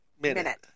Minute